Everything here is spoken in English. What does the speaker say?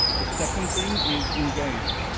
the second thing is engage.